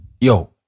Yo